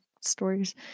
stories